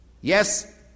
Yes